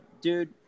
dude